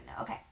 okay